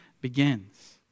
begins